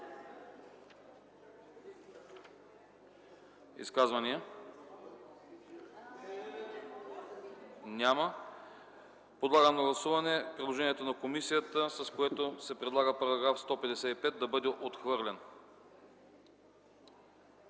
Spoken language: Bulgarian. Изказвания? Няма. Подлагам на гласуване предложението на комисията, с което се предлага § 155 да бъде отхвърлен.